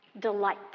delight